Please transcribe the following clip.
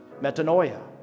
Metanoia